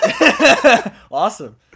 Awesome